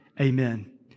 Amen